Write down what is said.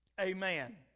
Amen